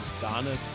Donna